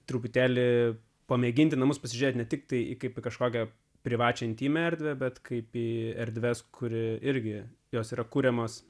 truputėlį pamėginti namus pasižiūrėti ne tiktai kaip kažkokią privačią intymią erdvę bet kaip į erdves kur irgi jos yra kuriamos